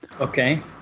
Okay